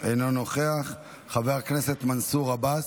אינו נוכח, חבר הכנסת מנסור עבאס,